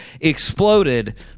exploded